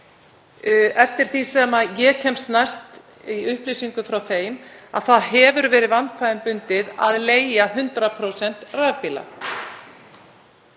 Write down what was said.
Eftir því sem ég kemst næst af upplýsingum frá þeim hefur verið vandkvæðum bundið að leigja 100% rafbíla.